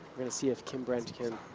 we're gonna see if kim brent can